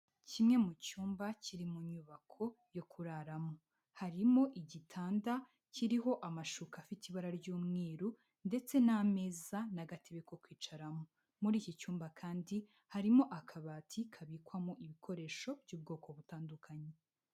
Kimwe mu cyumba kiri mu nyubako yo kuraramo, harimo igitanda kiriho amashuka afite ibara ry'umweru ndetse n'ameza n'agatebe ko kwicaramo, muri iki cyumba kandi harimo akabati kabikwamo ibikoresho by'ubwoko butandukanye.